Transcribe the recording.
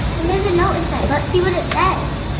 and there's a note inside, let's see what it says.